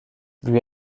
lui